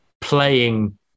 playing